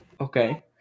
Okay